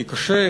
כי קשה,